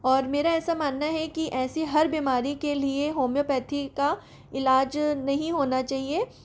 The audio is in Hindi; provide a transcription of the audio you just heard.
और मेरा ऐसा मानना है कि ऐसी हर बीमारी के लिए होम्योपैथी का इलाज नहीं होना चाहिए